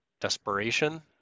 Desperation